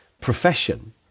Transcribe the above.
profession